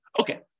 Okay